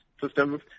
systems